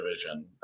division